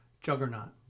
juggernaut